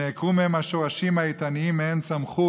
נעקרו מהם השורשים האיתנים שמהם צמחו,